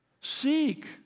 seek